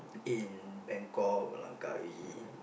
in Bangkok Langkawi